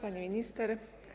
Pani Minister!